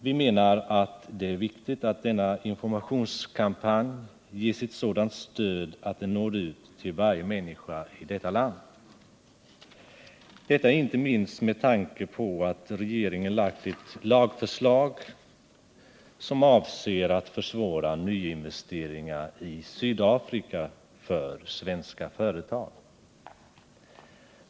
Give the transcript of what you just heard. Vi menar att det är viktigt att denna informationskampanj ges ett sådant stöd att den når ut till varje människa i detta land —detta inte minst med tanke på att regeringen lagt fram ett lagförslag som avser att försvåra nyinvesteringar i Sydafrika för svenska företag.